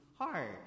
hard